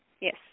Yes